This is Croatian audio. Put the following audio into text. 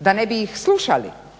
da ne bi ih slušali.